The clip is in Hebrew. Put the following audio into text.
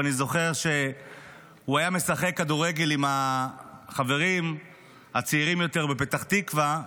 ואני זוכר שהוא היה משחק כדורגל עם החברים הצעירים יותר בפתח תקווה.